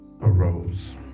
Arose